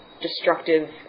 destructive